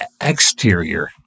exterior